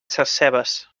sescebes